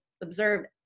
observed